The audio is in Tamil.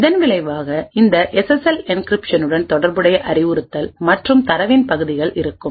இதன் விளைவாக இந்த எஸ்எஸ்எல் என்கிரிப்ஷனுடன் தொடர்புடைய அறிவுறுத்தல் மற்றும் தரவின் பகுதிகள் இருக்கும்